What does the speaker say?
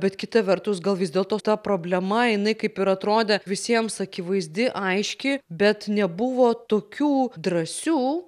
bet kita vertus gal vis dėlto ta problema jinai kaip ir atrodė visiems akivaizdi aiški bet nebuvo tokių drąsių